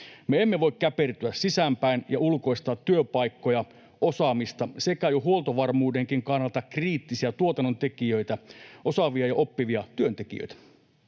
Me emme voi käpertyä sisäänpäin ja ulkoistaa työpaikkoja, osaamista sekä jo huoltovarmuudenkin kannalta kriittisiä tuotannontekijöitä, osaavia ja oppivia työntekijöitä.